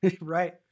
Right